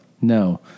No